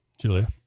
Julia